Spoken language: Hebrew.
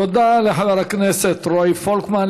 תודה לחבר הכנסת רועי פולקמן.